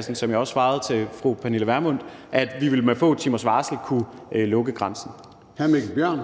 jo, som jeg også svarede til fru Pernille Vermund, bl.a. det redskab i værktøjskassen,